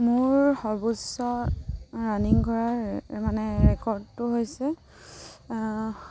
মোৰ সৰ্বোচ্চ ৰাণিং কৰাৰ মানে ৰেকৰ্ডটো হৈছে